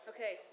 Okay